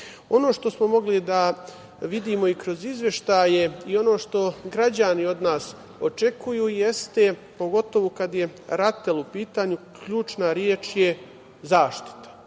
što smo mogli da vidimo i kroz izveštaje i ono što građani od nas očekuju jeste, pogotovo kada je RATEL u pitanju, ključna reč je zaštita.